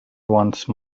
once